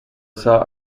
saw